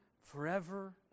forever